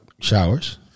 showers